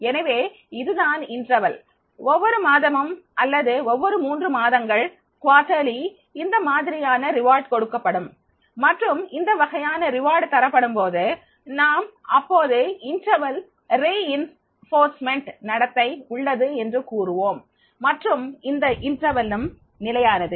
எனவே இதுதான் இடைவெளி ஒவ்வொரு மாதமும் அல்லது ஒவ்வொரு மூன்று மாதங்கள் காலாண்டு இந்த மாதிரியான வெகுமதி கொடுக்கப்படும் மற்றும் இந்த வகையான வெகுமதி தரப்படும்போது நாம் அப்போது இடைவெளி வலுவூட்டல் நடத்தை உள்ளது என்று கூறுவோம் மற்றும் இந்த இடைவெளியும்நிலையானது